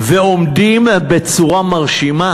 ועומדים בצורה מרשימה